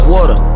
Water